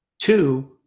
Two